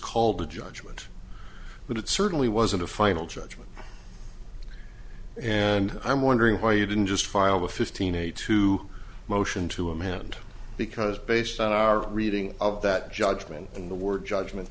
called to judgment but it certainly wasn't a final judgment and i'm wondering why you didn't just file the fifteen a to motion to him hand because based on our reading of that judgment and the word judgment